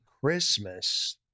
Christmas